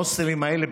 בהוסטלים האלה,